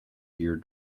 ear